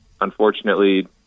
unfortunately